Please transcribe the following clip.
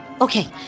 Okay